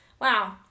Wow